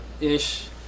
Ish